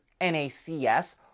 NACS